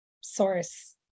source